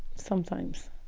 sometimes